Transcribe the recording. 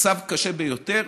מצב קשה ביותר.